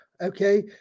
okay